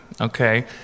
okay